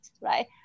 right